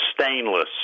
stainless